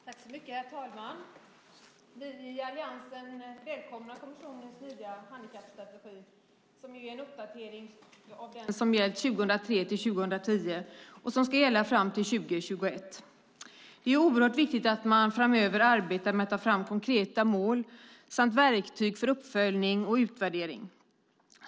Herr talman! Vi i Alliansen välkomnar kommissionens nya handikappstrategi som är en uppdatering av den som gällt 2003-2010 och som ska gälla fram till 2021. Det är oerhört viktigt att man framöver arbetar med att ta fram konkreta mål samt verktyg för uppföljning och utvärdering.